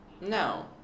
No